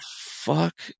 fuck